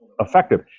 effective